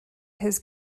his